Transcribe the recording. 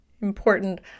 Important